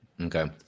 Okay